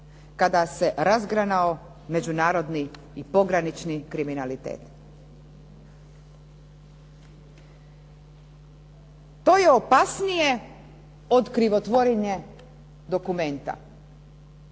kada se razgranao međunarodni i pogranični kriminalitet. To je opasnije od krivotvorenje dokumenta,